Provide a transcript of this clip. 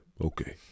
okay